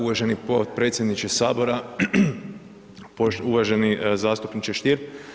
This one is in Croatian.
Uvaženi potpredsjedniče sabora, uvaženi zastupniče Stier.